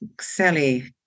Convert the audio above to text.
Sally